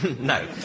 No